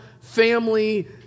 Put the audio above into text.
family